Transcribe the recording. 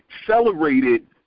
accelerated